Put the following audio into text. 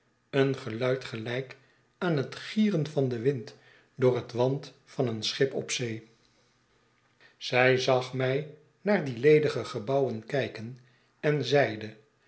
een geluid gelijk aan het gieren van den wind door het want van een schip op zee zij zag mi naar die ledige gebouwen kijken en zeide